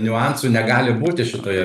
niuansų negali būti šitoje